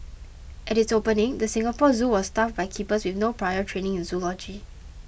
at its opening the Singapore Zoo was staffed by keepers with no prior training in zoology